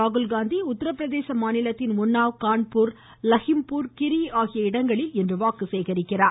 ராகுல் காந்தியும் உத்தரபிரதேச மாநிலத்தின் உன்னாவ் கான்பூர் லஹிம்பூர் கிர்ரி ஆகிய இடங்களில் இன்று வாக்கு சேகரிக்கிறார்